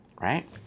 right